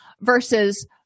Versus